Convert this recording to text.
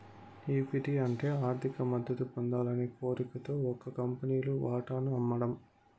equity అంటే ఆర్థిక మద్దతు పొందాలనే కోరికతో ఒక కంపెనీలు వాటాను అమ్మడం